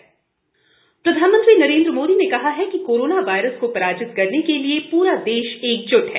प्रधानमंत्री अपील प्रधानमंत्री नरेन्द्र मोदी ने कहा है कि कोरोना वायरस को पराजित करने के लिए पूरा देश एकजुट है